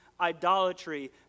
idolatry